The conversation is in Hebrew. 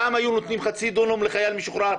פעם היו נותנים חצי דונם לחייל משוחרר,